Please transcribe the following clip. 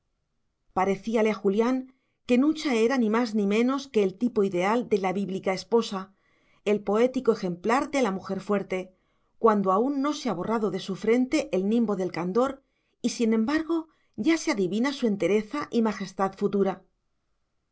parecíale a julián que nucha era ni más ni menos que el tipo ideal de la bíblica esposa el poético ejemplar de la mujer fuerte cuando aún no se ha borrado de su frente el nimbo del candor y sin embargo ya se adivina su entereza y majestad futura